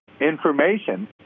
information